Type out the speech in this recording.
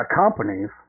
companies